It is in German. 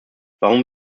warum